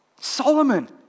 Solomon